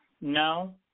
No